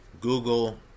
Google